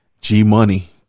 G-Money